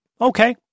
okay